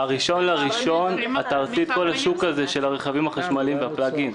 ב-1 בינואר תהרסי את כל השוק הזה של הרכבים החשמליים והפלאג-אין.